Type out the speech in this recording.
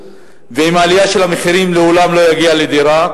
ושעם עליית המחירים הוא לעולם לא יגיע לדירה.